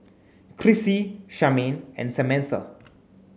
Crissie Charmaine and Samantha